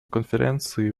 конференции